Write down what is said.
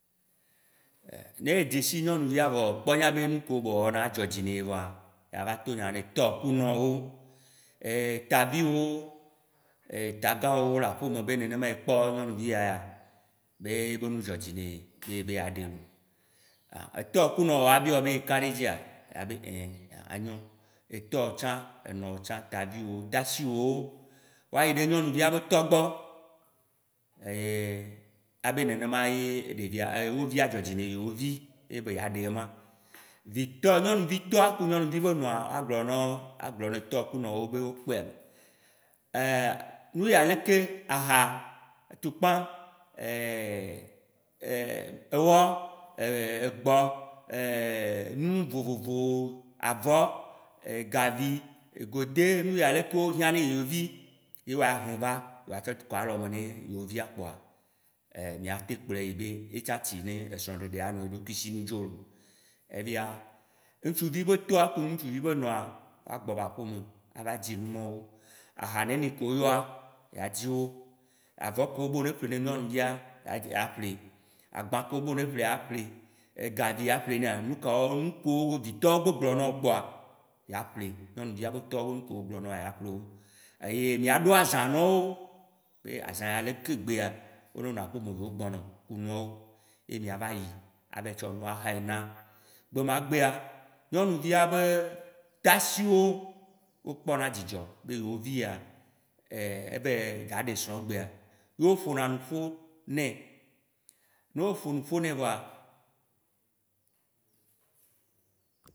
Eye ne eva anyigba dzi kaka ne ya ɖe srɔ̃a, nyɔnuvi ke ekpɔ be edzɔdzi ne ye be yeaɖea, nyɔnuvia, eɖo la yi ɖe, ayina ɖe egbɔ le aƒeme, ne yi egbɔ le aƒemea, nuke be le wɔa, ya kpɔnɛ nuke be wɔna ku tɔa, ya kpɔnɛ, nuke be wɔna ku nɔa, ya kpɔnɛ. Numaɔwoa, eye be le wɔa, ne dzɔnadzi nɔw be ele nu nyui wɔ ɖaɖa tɔa gbɔ, ele nu nyui wɔ ɖaɖa nɔa gbɔ, ne dzɔ na dzi na wò ŋtsuvi ke le dzia, ye ya ku ɖe ŋti agblɔ be, yea kplɔe ɖo kaka ba va nyi esrɔ̃ nɔ. Ne nyɔnuvia li eye ye kpɔe kpo le kpadome kpo ne ye kplɔe ɖoa, nu kewo be dza va nɔ wɔ le gbɔwoa ma va sɔ kui na wo. Ye na be, ne ekpɔ nyɔnuvi le egbɔ mea, etɔ le shi, enɔ le shi ya yi gbɔ le aƒeme. Eye ne le egbɔ yim le aƒemea, etɔa tsã, enɔa tsã ya nya be, ame yi ne va na yewo vi gbɔe yike, etsɔ nyitsɔ ɖaaa, ne ɖevia va va gbɔwòa woanya be anh, wò tsĩ evana egbɔ, ye ŋti be va va gbɔwo ɖo, tukaɖa ma gba va nɔe sugbɔ o. Vɔa tsaƒe woava va gbɔwòa, eɖo la nya nyui ɖe be, ewɔna dɔ ne tɔa, ewɔ na dɔ ne nɔa ne ye tsã ye va ɖo dɔ nea alo ne dɔ ɖe va le yekui ŋtia.